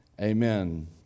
Amen